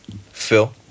Phil